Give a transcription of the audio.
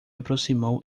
aproximou